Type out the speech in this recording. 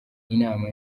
inama